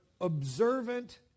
observant